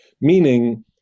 Meaning